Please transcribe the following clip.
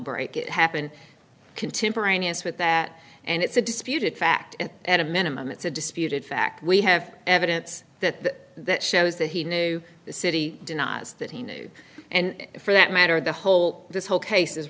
break it happened contemporaneous with that and it's a disputed fact and at a minimum it's a disputed fact we have evidence that that shows that he knew the city denies that he knew and for that matter the whole this whole case